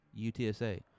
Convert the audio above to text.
UTSA